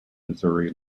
missouri